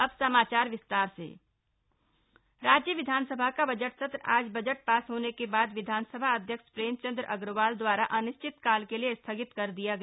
अब समाचार विस्तार से बजट सव राज्य विधानसभा का बजट सत्र आज बजट पास होने के बाद विधानसभा अध्यक्ष प्रेमचंद अग्रवाल द्वारा अनिश्चितकाल के लिए स्थगित कर दिया गया